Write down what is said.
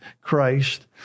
Christ